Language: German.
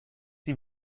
sie